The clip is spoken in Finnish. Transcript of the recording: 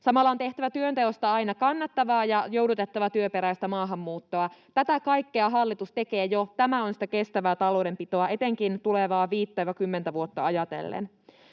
Samalla on tehtävä työnteosta aina kannattavaa ja joudutettava työperäistä maahanmuuttoa. Tätä kaikkea hallitus tekee jo, tämä on sitä kestävää taloudenpitoa etenkin tulevaa 5—10 vuotta ajatellen.